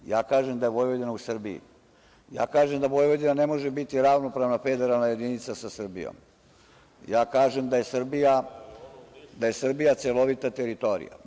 Ja kažem, da je Vojvodina u Srbiji, ja kažem da Vojvodina ne može biti ravnopravna federalna jedinica sa Srbijom, ja kažem da je Srbija celovita teritorija.